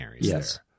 Yes